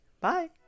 bye